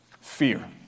Fear